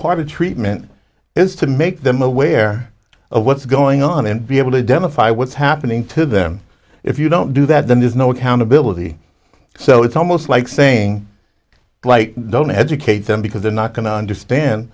part of treatment is to make them aware of what's going on and be able to identify what's happening to them if you don't do that then there's no accountability so it's almost like saying like don't educate them because they're not going to understand